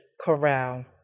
corral